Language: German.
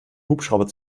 hubschrauber